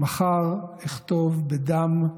מחר אכתוב בדם,